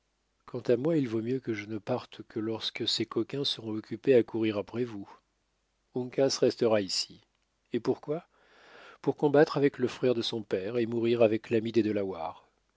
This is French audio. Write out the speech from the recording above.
quant à moi il vaut mieux que je ne parte que lorsque ces coquins seront occupés à courir après vous uncas restera ici et pourquoi pour combattre avec le frère de son père et mourir avec l'ami des